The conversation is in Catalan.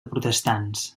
protestants